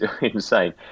insane